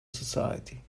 society